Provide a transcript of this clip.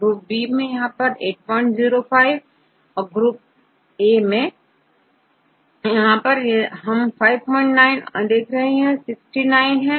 group B मैं यह 8 05 और ग्रुप ए ए मैं यह 5 9 है यह 69 है है